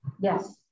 Yes